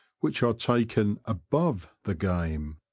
which are taken above the game.